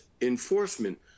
enforcement